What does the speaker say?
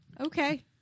Okay